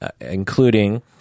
including